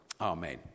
Amen